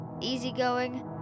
easygoing